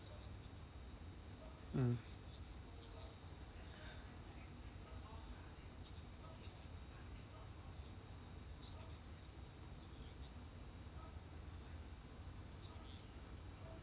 mm